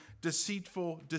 deceitful